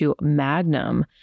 Magnum